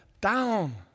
down